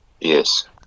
yes